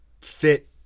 fit